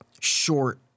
short